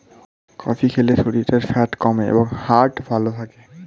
coffee খেলে শরীরের fat কমে এবং হার্ট ভালো থাকে